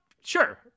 Sure